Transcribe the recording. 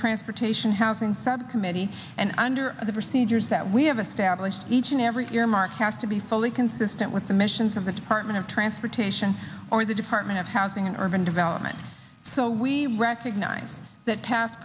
transportation housing subcommittee and under the procedures that we have established each and every earmark has to be fully consistent with the missions of the department of transportation or the department of housing and urban development so we recognize that tas